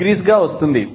87° గా వస్తుంది